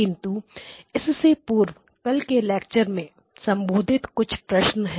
किंतु इससे पूर्व कल के लेक्चर से संबंधित कुछ प्रश्न है